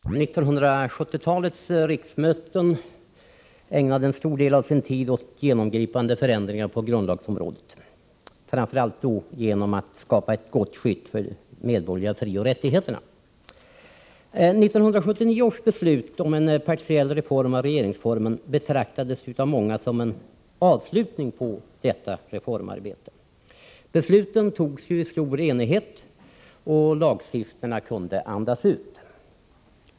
Herr talman! 1970-talets riksmöten ägnade en stor del av sin tid åt genomgripande förändringar på grundlagsområdet, framför allt då genom att skapa ett gott skydd för de medborgerliga frioch rättigheterna. 1979 års beslut om en partiell reform av regeringsformen betraktades av många som avslutningen på detta reformarbete. Besluten var tagna i stor enighet, och lagstiftarna kunde andas ut.